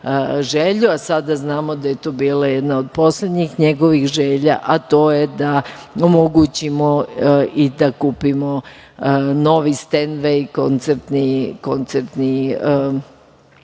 želju, sada znamo da je to bila jedna od poslednjih njegovih želja, a to je da omogućimo i da kupimo novi „stenvej“ koncertni